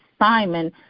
Simon